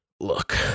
Look